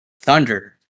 Thunder